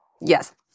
yes